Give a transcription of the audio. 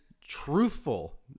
truthful